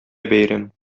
бәйрәм